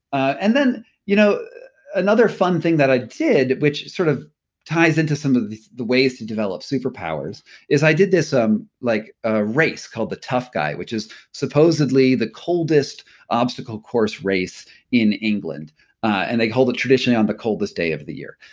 and then you know another fun thing that i did which sort of ties into some of the the ways to develop superpowers is i did this um like ah race called the tough guy which is supposedly the coldest obstacle course race in england and they hold it traditionally on the coldest day of the year.